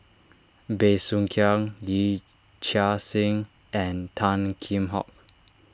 Bey Soo Khiang Yee Chia Hsing and Tan Kheam Hock